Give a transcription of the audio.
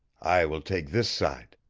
i will take this side.